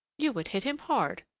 you would hit him hard!